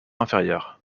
inférieur